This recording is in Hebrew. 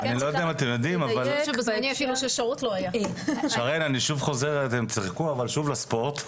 אני שוב חוזר לספורט.